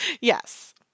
yes